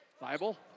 Bible